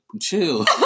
chill